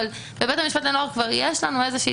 אבל בבית המשפט לנוער כבר יש לנו איזושהי